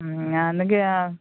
ഞാനൊക്കെ ആ